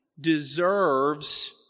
deserves